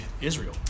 israel